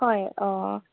হয় অঁ